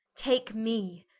take me?